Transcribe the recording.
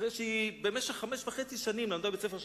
אחרי שבמשך חמש שנים וחצי היא למדה בבית-ספר "אליאנס"